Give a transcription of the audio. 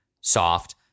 soft